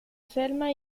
selma